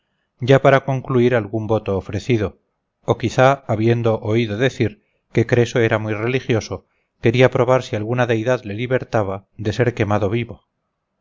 ya para concluir algún voto ofrecido o quizá habiendo oído decir que creso era muy religioso quería probar si alguna deidad le libertaba de ser quemado vivo